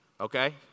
okay